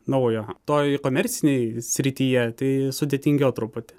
naujo toj komercinėj srityje tai sudėtingiau truputį